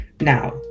Now